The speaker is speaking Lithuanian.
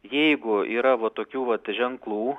jeigu yra va tokių vat ženklų